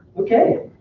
okay,